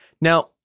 Now